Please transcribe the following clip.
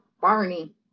Barney